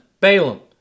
Balaam